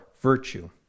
virtue